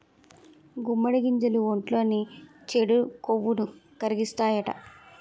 గుమ్మడి గింజలు ఒంట్లోని చెడు కొవ్వుని కరిగిత్తాయట